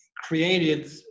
created